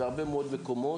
בהרבה מאוד מקומות.